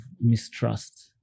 mistrust